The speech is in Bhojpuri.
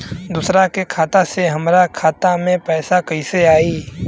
दूसरा के खाता से हमरा खाता में पैसा कैसे आई?